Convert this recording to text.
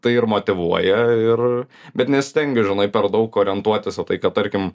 tai ir motyvuoja ir bet nesistengiu žinai per daug orientuotis o tai kad tarkim